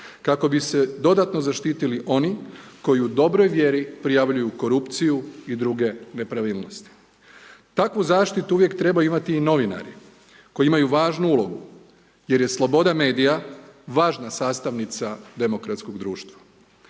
kako bi se dodatno zaštitili oni koji u dobroj vjeri prijavljuju korupciju i druge nepravilnosti. Takvu zaštitu uvijek trebaju imati i novinari koji imaju važnu ulogu jer je sloboda medija važna sastavnica demokratskog društva.